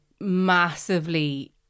massively